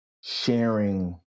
sharing